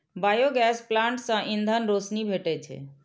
biogas plant सं ईंधन, रोशनी भेटै छै